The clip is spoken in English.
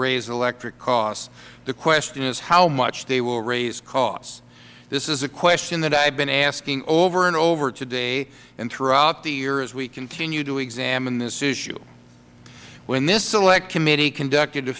raise electric costs the question is how much they will raise costs this is a question that i have been asking over and over today and throughout the year as we continue to examine this issue when this select committee conducted